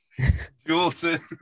Juleson